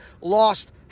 lost